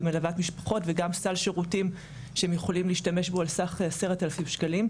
ומלוות משפחות וגם סל שירותים שהם יכולים להשתמש בו על סך 10,000 שקלים.